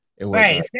Right